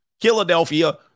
Philadelphia